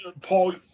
Paul